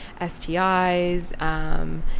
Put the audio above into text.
STIs